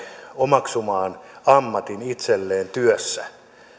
omaksumaan ammatin itselleen työssä